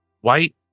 White